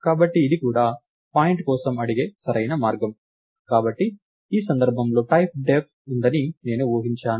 కాబట్టి ఇది కూడా పాయింట్ కోసం అడిగే సరైన మార్గం కాబట్టి ఈ సందర్భంలో టైప్డెఫ్ ఉందని నేను ఊహించాను